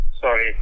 Sorry